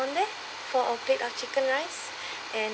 there for a plate of chicken rice and